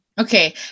okay